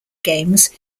games